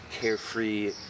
Carefree